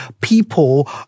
people